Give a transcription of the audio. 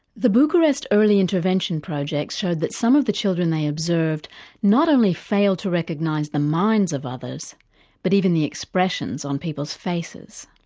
the bucharest early intervention project showed that some of the children they observed not only failed to recognise the minds of others but even the expressions on people's faces.